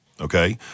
Okay